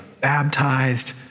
baptized